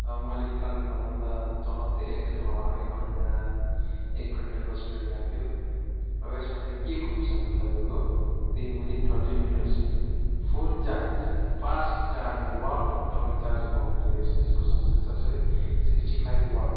मैले पुरानो फोनमा त चलाउँथे एकदमै एक घन्टा एक घन्टा दस मिनट लाग्थ्यो र यसमा चाहिँ के खुबी छ भने तपाईँको within thirty minutes full charge fast charging वाथ तपाईँले चार्जर पाउनुहुन्छ तपाईँले यसको साथसाथै सिक्स्टी फाइभ वाट